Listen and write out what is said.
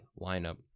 lineup